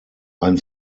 ein